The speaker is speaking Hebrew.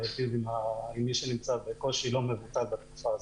להיטיב עם מי שנמצא בקושי לא מבוטל בתקופה הזאת.